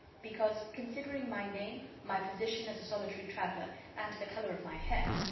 because, considering my name, my position as a solitary traveler and the color of my hair,